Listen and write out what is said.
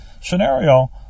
scenario